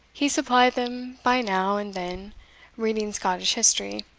he supplied them by now and then reading scottish history